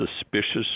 suspicious